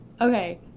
okay